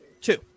Two